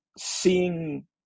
seeing